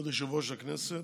כבוד יושב-ראש הכנסת,